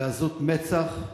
לעזות מצח.